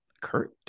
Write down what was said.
kurt